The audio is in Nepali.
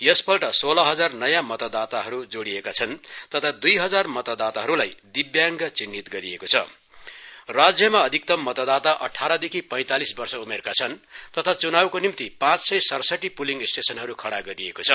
एसपल्ट सोल्हजार नयाँ मतदाताहरू जोड़िएका छन् तथा दुइहजार मतदाताहरूलाई दिव्यांग चिन्हित गरिएको छ राज्यमा अधिक्तम मतदाता अठाह्रदेखि पैतालीस वर्ष उमेरका छन् तथा च्नावको निम्ति पाँचसय सरसठी पुलिगं स्टेशनहरू खड़ा गरिएको छ